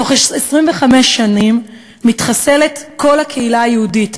בתוך 25 שנים מתחסלת כל הקהילה היהודית,